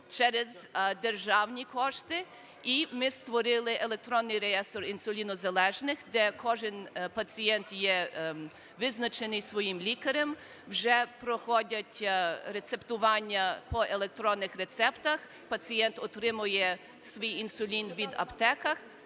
через державні кошти. І ми створили електронний реєстр інсулінозалежних, де кожен пацієнт є визначений своїм лікарем. Вже проходять рецептування по електронних рецептах, пацієнт отримує свій інсулін від аптеках…